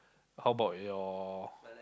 how about your